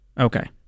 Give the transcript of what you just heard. Okay